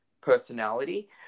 personality